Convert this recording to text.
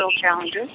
challenges